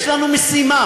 יש לנו משימה: